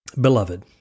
beloved